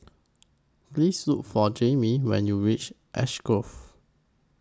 Please Look For Jayme when YOU REACH Ash Grove